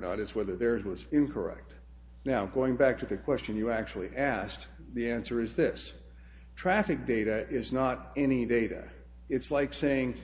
not is whether there is was incorrect now going back to the question you actually asked the answer is this traffic data is not any data it's like saying